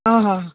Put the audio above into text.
ಹಾಂ ಹಾಂ